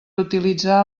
utilitzar